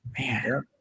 Man